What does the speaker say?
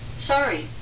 Sorry